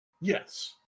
Yes